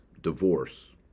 divorce